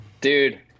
dude